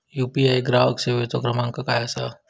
UPI ग्राहक सेवेचो क्रमांक काय असा?